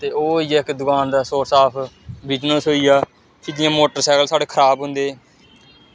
ते ओह् होई गेआ इक दकान दा सोरस ऑफ बिजनस होई गेआ फ्ही जि'यां मोटर सैकल साढ़े खराब होंदे